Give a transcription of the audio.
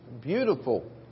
beautiful